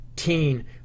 teen